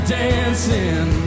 dancing